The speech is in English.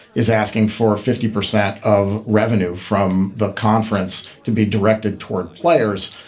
is asking for fifty percent of revenue from the conference to be directed toward players.